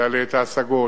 שיעלה את ההשגות,